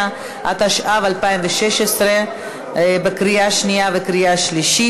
9), התשע"ו 2016, לקריאה שנייה ולקריאה שלישית.